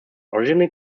originally